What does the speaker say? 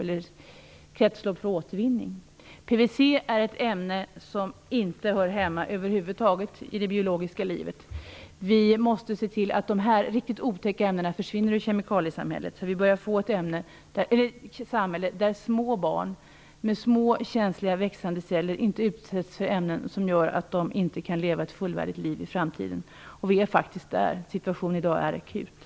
PVC är ett ämne som över huvud taget inte hör hemma i det biologiska livet. Vi måste se till att sådana riktigt otäcka ämnen försvinner från kemikaliesamhället, för vi börjar få ett samhälle där små barn med känsliga växande celler utsätts för ämnen som gör att de i framtiden inte kan leva ett fullvärdigt liv. Vi är faktiskt där. Situationen i dag är akut.